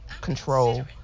control